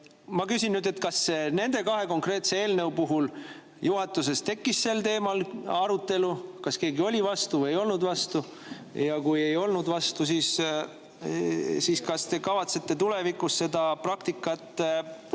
Ma küsin, kas nende kahe konkreetse eelnõu puhul juhatuses tekkis sel teemal arutelu. Kas keegi oli vastu või ei olnud vastu ja kui ei olnud vastu, siis kas te kavatsete tulevikus ka seda praktikat